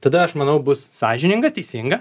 tada aš manau bus sąžininga teisinga